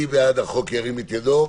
מי בעד החוק, ירים את ידו.